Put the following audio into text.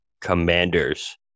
Commanders